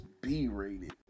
B-rated